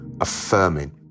affirming